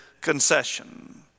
concession